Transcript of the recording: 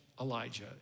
Elijah